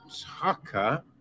Tucker